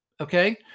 okay